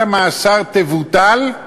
חובת המאסר תבוטל,